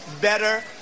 better